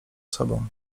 sobą